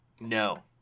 No